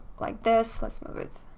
like this, let's move it